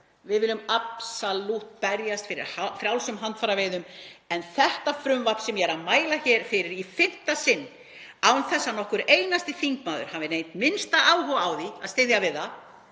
Við viljum absalút berjast fyrir frjálsum handfæraveiðum. Þetta frumvarp, sem ég er að mæla hér fyrir í fimmta sinn án þess að nokkur einasti þingmaður hafi minnsta áhuga á því að styðja við það